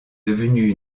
devenue